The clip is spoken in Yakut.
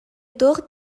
туох